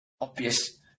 obvious